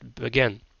Again